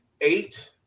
eight